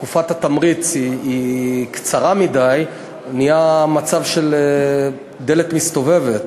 שכשתקופת התמריץ קצרה מדי נהיה מצב של דלת מסתובבת.